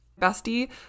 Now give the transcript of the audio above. Bestie